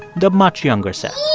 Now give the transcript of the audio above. the much younger set